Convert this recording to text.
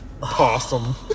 possum